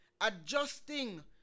adjusting